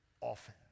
often